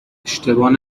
اشتباه